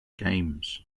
games